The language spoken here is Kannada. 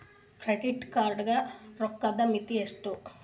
ಕ್ರೆಡಿಟ್ ಕಾರ್ಡ್ ಗ ರೋಕ್ಕದ್ ಮಿತಿ ಎಷ್ಟ್ರಿ?